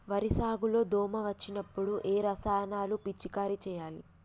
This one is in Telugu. వరి సాగు లో దోమ వచ్చినప్పుడు ఏ రసాయనాలు పిచికారీ చేయాలి?